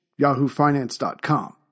yahoofinance.com